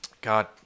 God